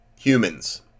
humans